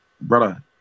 brother